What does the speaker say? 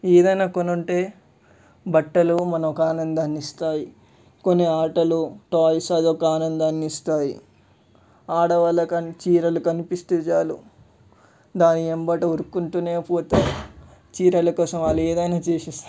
ఏదైనా కొనుంటే బట్టలు మన ఒక ఆనందాన్ని ఇస్తాయి కొన్ని ఆటలు టాయిస్ అది ఒక ఆనందాన్ని ఇస్తాయి ఆడవాళ్ళకు అని చీరలు కనిపిస్తే చాలు దాని వెంట ఉరుక్కుంటూనే పోతారు చీరల కోసం వాళ్ళు ఏదైనా చేసేస్తారు